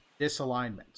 disalignment